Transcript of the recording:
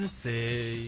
say